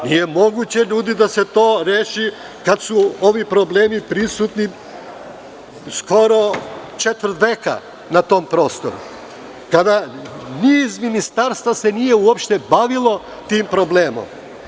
Da li je moguće da se to reši kada su ovi problemi prisutni skoro četvrt veka na tom prostoru, kada se ni iz Ministarstva nije bavilo tim problemima?